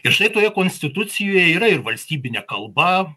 ir štai toje konstitucijoje yra ir valstybinė kalba